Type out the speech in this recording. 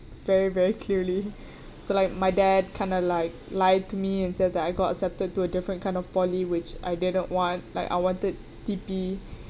very very clearly so like my dad kind of like lied to me and said that I got accepted to a different kind of poly which I didn't want like I wanted T_P